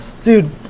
dude